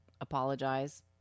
apologize